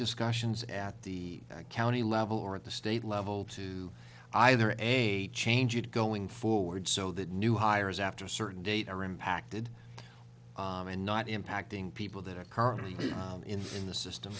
discussions at the county level or at the state level to either a change going forward so that new hires after a certain date are impacted and not impacting people that are currently in the system